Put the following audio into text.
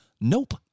Nope